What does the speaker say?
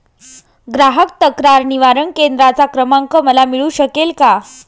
ग्राहक तक्रार निवारण केंद्राचा क्रमांक मला मिळू शकेल का?